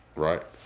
right?